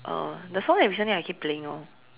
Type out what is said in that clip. uh the song that recently I keep playing orh